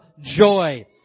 joy